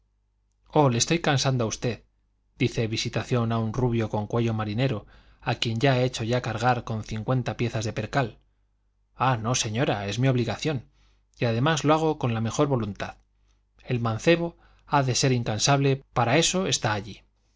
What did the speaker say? le estoy cansando a usted dice visitación a un rubio con cuello marinero a quien ha hecho ya cargar con cincuenta piezas de percal ah no señora es mi obligación y además lo hago con la mejor voluntad el mancebo ha de ser incansable para eso está allí